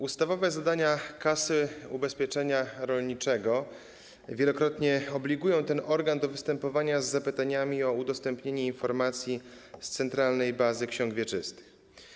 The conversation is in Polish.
Ustawowe zadania kasy ubezpieczenia rolniczego wielokrotnie obligują ten organ do występowania z zapytaniami o udostępnienie informacji z centralnej bazy ksiąg wieczystych.